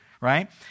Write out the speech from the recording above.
Right